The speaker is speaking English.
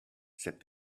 said